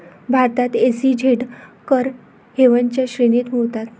भारतात एस.ई.झेड कर हेवनच्या श्रेणीत मोडतात